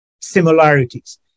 similarities